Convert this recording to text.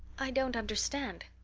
i don't understand,